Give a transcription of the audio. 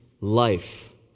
life